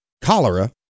cholera